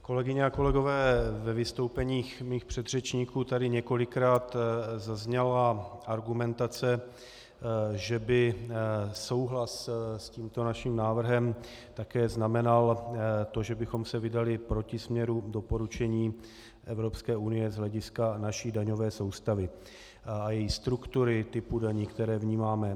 Kolegyně a kolegové, ve vystoupeních mých předřečníků tady několikrát zazněla argumentace, že by souhlas s tímto naším návrhem také znamenal to, že bychom se vydali proti směru doporučení Evropské unie z hlediska naší daňové soustavy a její struktury, typu daní, které vnímáme.